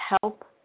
help